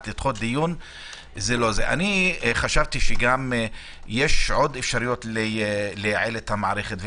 אני חשבתי שגם יש עוד אפשרויות לייעל את המערכת.